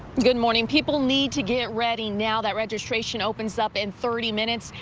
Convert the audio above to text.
good morning. people need to get ready now. that registration opens up in thirty minutes.